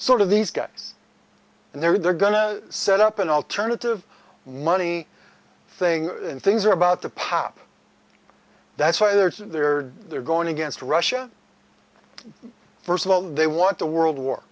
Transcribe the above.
sort of these guys and they're going to set up an alternative money thing and things are about to pop that's why they're there or they're going against russia first of all they want the world war